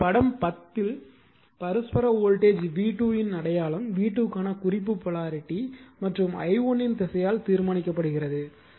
இப்போது படம் 10 இல் பரஸ்பர வோல்டேஜ் v2 இன் அடையாளம் v2 க்கான குறிப்பு போலாரிட்டி மற்றும் i1 இன் திசையால் தீர்மானிக்கப்படுகிறது